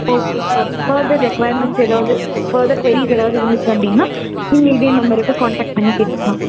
okay sir further requirements எதாவது further queries எதாவது இருந்துச்சி அப்படின்னா நீங்கள் இதே நம்பருக்கு காண்டாக்ட் பண்ணிக்கேட்டுக்கலாம்